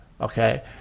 okay